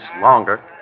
longer